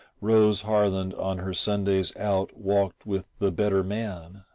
rose harland on her sundays out walked with the better man.